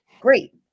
Great